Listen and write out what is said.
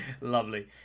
Lovely